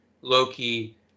Loki